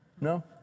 No